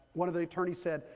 one of the attorney's said,